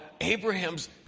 Abraham's